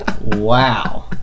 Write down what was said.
Wow